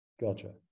Gotcha